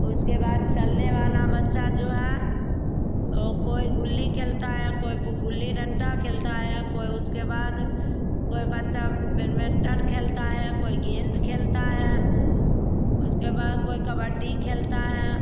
उसके बाद चलने वाला बच्चा जो है वह कोई गुल्ली खेलता है या कोई गुल्ली डंटा खेलता है या कोई उसके बाद कोई बच्चा बेडमिंटन खेलता है या कोई गेंद खेलता है उसके बाद कोई कबड्डी खेलता है